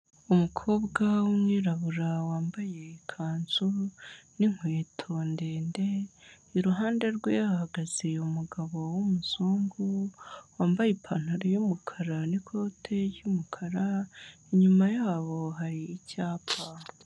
Umukobwa w'umwirabura wambaye ikanzu n'inkweto ndende, iruhande rwe hahagaze umugabo w'umuzungu wambaye ipantaro y'umukara n'ikote ry'umukara, inyuma yabo hari icyapa.